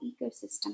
ecosystem